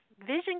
Vision